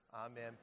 Amen